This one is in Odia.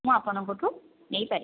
ମୁଁ ଆପଣଙ୍କଠୁ ନେଇପାରିବି